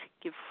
Give